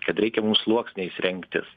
kad reikia mum sluoksniais rengtis